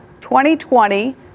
2020